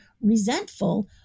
resentful